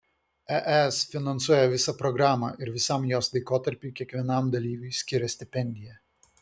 es finansuoja visą programą ir visam jos laikotarpiui kiekvienam dalyviui skiria stipendiją